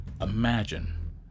Imagine